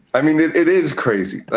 i mean, it it is crazy,